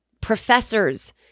professors